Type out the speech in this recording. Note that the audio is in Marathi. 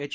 एच